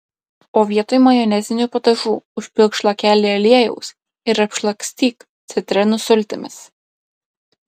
o vietoj majonezinių padažų užpilk šlakelį aliejaus ir apšlakstyk citrinų sultimis